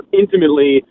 intimately